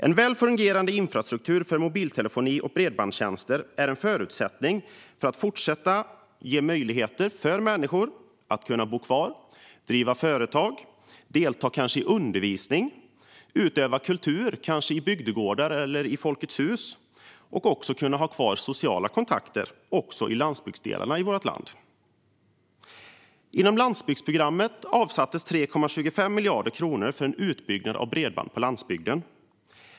En väl fungerande infrastruktur för mobiltelefoni och bredbandstjänster är en förutsättning för att fortsätta att ge möjlighet för människor att bo kvar, driva företag, kanske delta i undervisning, utöva kultur - kanske i bygdegårdar eller Folkets Hus - och för att kunna ha kvar sociala kontakter också i landsbygdsdelarna av vårt land. Inom Landsbygdsprogrammet avsattes 3,25 miljarder kronor för en utbyggnad av bredband på landsbygden.